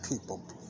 people